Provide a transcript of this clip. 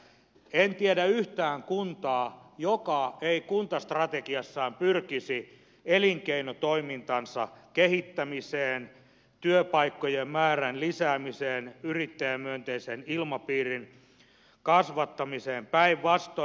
en tiedä yhtään kuntaa joka ei kuntastrategiassaan pyrkisi elinkeinotoimintansa kehittämiseen työpaikkojen määrän lisäämiseen yrittäjämyönteisen ilmapiirin kasvattamiseen päinvastoin